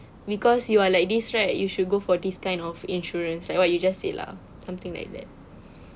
because you are like this right you should go for this kind of insurance like what you just said lah something like that